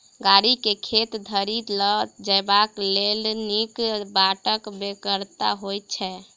गाड़ी के खेत धरि ल जयबाक लेल नीक बाटक बेगरता होइत छै